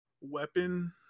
weapon